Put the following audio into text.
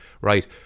right